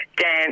dance